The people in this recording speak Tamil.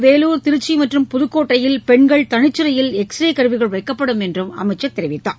வேலூர் திருச்சி மற்றும் புதுக்கோட்டையில் பெண்கள் தனிச்சிறையில் எக்ஸ்ரே கருவிகள் வைக்கப்படும் என்றும் அமைச்சர் கூறினார்